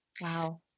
Wow